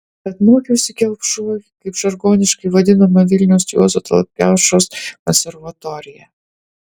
tad mokiausi kelpšoj taip žargoniškai vadinome vilniaus juozo tallat kelpšos konservatoriją